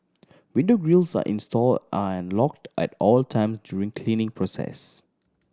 window grilles are installed and locked at all time during cleaning process